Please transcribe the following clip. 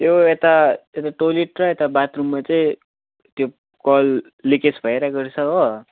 त्यो यता यता टोइलेट र यता बाथरूममा चाहिँ त्यो कल लिकेज भइरहेको रहेछ हो